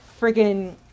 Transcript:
freaking